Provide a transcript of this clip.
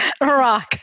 Rock